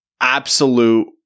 absolute